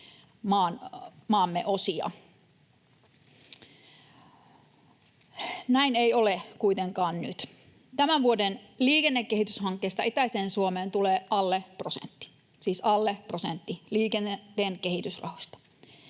maamme osia. Näin ei ole kuitenkaan nyt. Tämän vuoden liikennekehityshankkeista itäiseen Suomeen tulee alle prosentti, siis alle prosentti liikenteen kehitysrahoista.